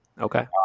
Okay